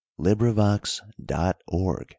LibriVox.org